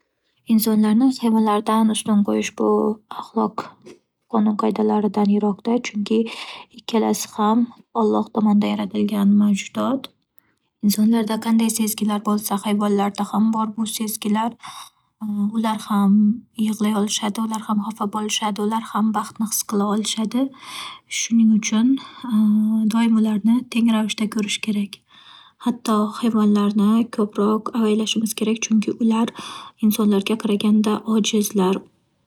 Insonlarni hayvonlardan ustun qo'yish bu - axloq qonun-qoidalaridan yiroqda, chunki ikkalasi ham Alloh tomonidan yaratilgan mavjudot. Insonlarda qanday sezgilar bo'lsa, hayvonlarda ham bor bu sezgilar. Ular ham yig'lay olishadi. Ular ham xafa bo'lishadi. Ular ham baxtni his qila olishadi. Shuning uchun doim ularni teng ravishda ko'rish kerak. Hatto, hayvonlarni ko'proq avaylashimiz kerak, chunki ular insonlarga qaraganda ojizlar.